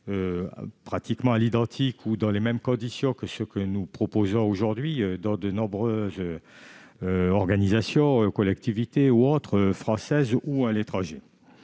pratiquement dans les mêmes conditions que celles que nous proposons aujourd'hui, dans de nombreuses organisations, collectivités ou autres, en France ou à l'étranger.